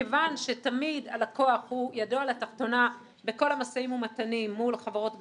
וכיוון שתמיד הלקוח ידו על התחתונה בכל המשאים ומתנים מול חברות גדולות,